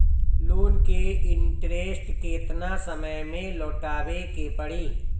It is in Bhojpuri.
लोन के इंटरेस्ट केतना समय में लौटावे के पड़ी?